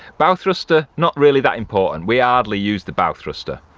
bow thruster not really that important we ah hardly used the bow thruster,